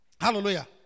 Hallelujah